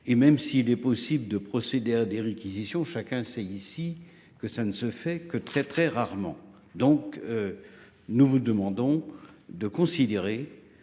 et même s'il est possible de procéder à des réquisitions, chacun sait ici que ça ne se fait que très très rarement donc. Nous vous demandons de considérer